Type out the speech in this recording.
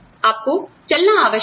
आपको चलना आवश्यक है